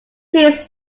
please